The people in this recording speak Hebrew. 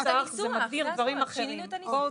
לשנות את הניסוח, זה הכל, שינינו את הניסוח.